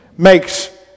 makes